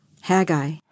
Haggai